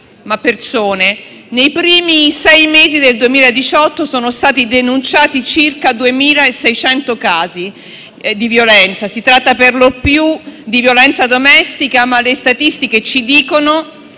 ma persone - nei primi sei mesi del 2018 sono stati denunciati circa 2.600 casi di violenza. Si tratta perlopiù di violenza domestica ma le statistiche ci dicono